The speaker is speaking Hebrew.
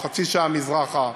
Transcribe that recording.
או חצי שעה מזרחה,